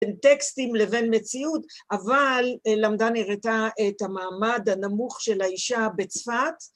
בין טקסטים לבין מציאות אבל למדן הראתה את המעמד הנמוך של האישה בצפת